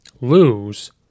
lose